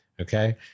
Okay